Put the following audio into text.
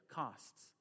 costs